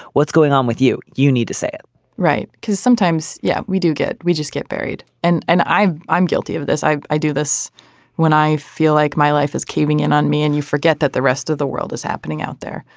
what's going on with you. you need to say it right cause sometimes yeah we do get. we just get buried and and i'm i'm guilty of this i i do this when i feel like my life is caving in on me and you forget that the rest of the world is happening out there.